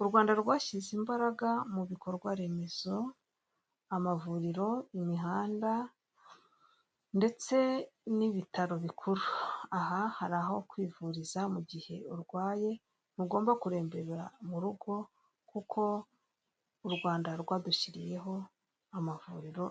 U Rwanda rwashyize imbaraga mubikorwaremezo; amavuriro, imihanda ndetse n'ibitaro bikuru aha hari aho kwivuriza mugihe urwaye ntugomba kurembera mu rugo kuko u Rwanda rwadushyiriyeho amavuriro